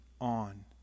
on